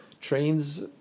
trains